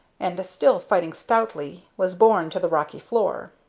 and, still fighting stoutly, was borne to the rocky floor.